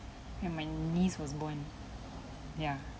when my niece was born yeah